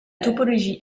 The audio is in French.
topologie